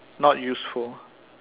not useful